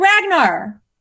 Ragnar